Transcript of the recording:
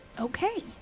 Okay